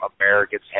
Americans